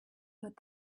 but